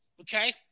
Okay